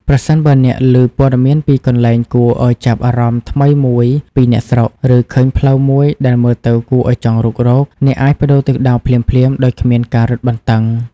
ប្រសិនបើអ្នកលឺព័ត៌មានពីកន្លែងគួរឱ្យចាប់អារម្មណ៍ថ្មីមួយពីអ្នកស្រុក ឬឃើញផ្លូវមួយដែលមើលទៅគួរឱ្យចង់រុករក អ្នកអាចប្តូរទិសដៅភ្លាមៗដោយគ្មានការរឹតបន្តឹង។